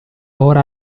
ora